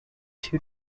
two